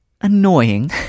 annoying